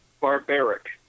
barbaric